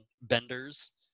benders